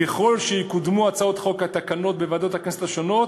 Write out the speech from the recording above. ככל שיקודמו הצעות החוק והתקנות בוועדות הכנסת השונות,